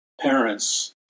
parents